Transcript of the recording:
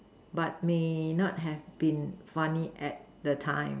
but may not have been funny at the time